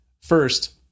First